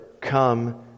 come